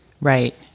Right